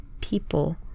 people